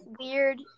weird